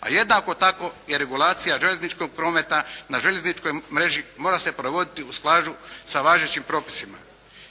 A jednako tako je i regulacija željezničkog prometa na željezničkoj mreži mora se provoditi u skladu sa važećim propisima.